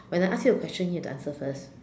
when I ask you a question you have to answer first